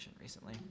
recently